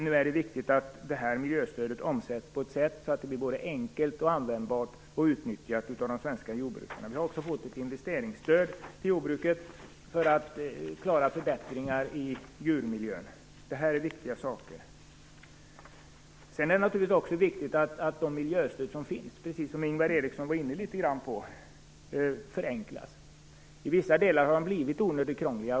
Nu är det viktigt att detta miljöstöd omsätts på ett sådant sätt att det blir enkelt och användbart, och så att det utnyttjas av de svenska jordbrukarna. Vi har också fått ett investeringsstöd till jordbruket för att klara förbättringar i djurmiljön. Det här är viktiga saker. Det är naturligtvis också, precis som Ingvar Eriksson var inne på litet grand, att de miljöstöd som finns förenklas. I vissa delar har de blivit onödigt krångliga.